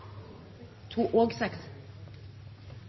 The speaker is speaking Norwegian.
to forslagene, og